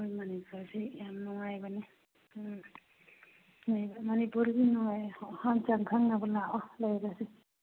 ꯑꯩꯈꯣꯏ ꯃꯅꯤꯄꯨꯔꯁꯤ ꯌꯥꯝ ꯅꯨꯡꯉꯥꯏꯕꯅꯤ ꯎꯝ ꯃꯅꯤꯄꯨꯔꯁꯤ ꯅꯨꯡꯉꯥꯏ ꯍꯥꯜ ꯆꯥꯜ ꯈꯪꯅꯕ ꯂꯥꯛꯑꯣ ꯂꯩꯔꯁꯤ